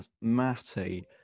Matty